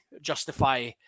justify